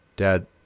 Dad